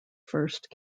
first